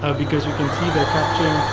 um because you can see the